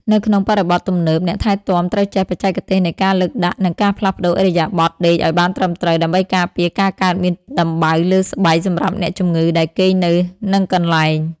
នៅក្នុងបរិបទទំនើប អ្នកថែទាំត្រូវចេះបច្ចេកទេសនៃការលើកដាក់ និងការផ្លាស់ប្តូរឥរិយាបថដេកឱ្យបានត្រឹមត្រូវ ដើម្បីការពារការកើតមានដំបៅលើស្បែកសម្រាប់អ្នកជំងឺដែលគេងនៅនឹងកន្លែង។